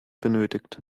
benötigt